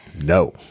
No